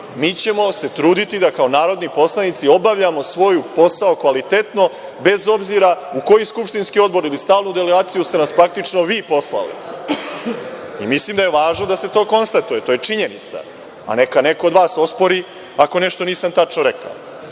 Mi ćemo se truditi da kao narodni poslanici obavljamo svoj posao kvalitetno, bez obzira na koji skupštinski odbor ili stalnu delegaciju ste nas vi praktično poslali. Mislim da je važno da se to konstatuje. To je činjenica. Neka neko od vas ospori ako nešto nisam tačno rekao. Šta